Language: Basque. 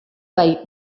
bai